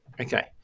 Okay